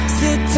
sit